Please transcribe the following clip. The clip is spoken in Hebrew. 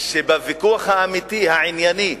שבוויכוח האמיתי, הענייני,